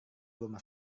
rumah